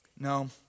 No